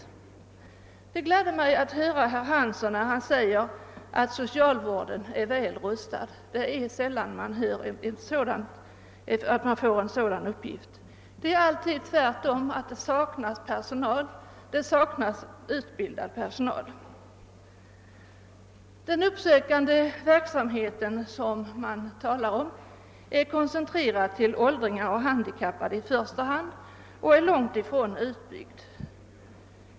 Det gladde mig att höra herr Hansson i Piteå säga att socialvården är väl rustad. Det är sällan man får höra ett sådant omdöme. Annars säger man tvärtom att det saknas utbildad personal. Den uppsökande verksamhet som man talar om är i första hand koncentrerad till åldringar och handikappade, och inte ens den är fullt utbyggd.